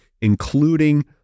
including